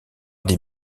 des